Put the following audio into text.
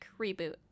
reboot